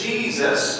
Jesus